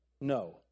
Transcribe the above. No